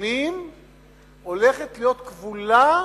המשתנים הולכת להיות כבולה